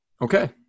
Okay